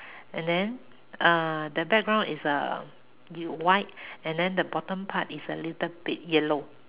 and then uh the background is uh y~ white and then the bottom part is a little bit yellow